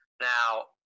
Now